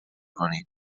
کنین